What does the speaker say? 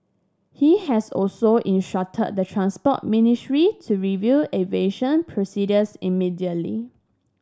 he has also instructed the Transport Ministry to review aviation procedures immediately